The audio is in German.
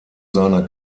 seiner